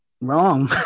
wrong